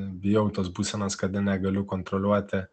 bijau tos būsenos kada negaliu kontroliuoti